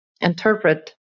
interpret